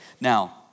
Now